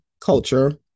culture